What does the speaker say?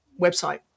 website